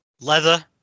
leather